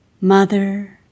Mother